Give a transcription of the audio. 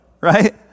right